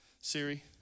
Siri